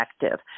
effective